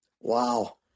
wow